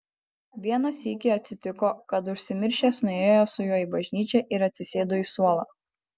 vieną sykį atsitiko kad užsimiršęs nuėjo su juo į bažnyčią ir atsisėdo į suolą